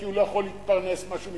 כי הוא לא יכול להתפרנס מה שהוא,